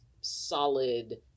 solid